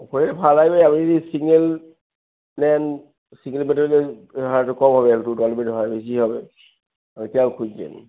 হয়ে ভাড়া এবারে আপনি যদি সিঙ্গেল নেন সিঙ্গেল বেডের ওই ভাড়া একটু কম হবে একটু ডবল বেডের ভাড়া বেশি হবে